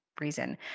reason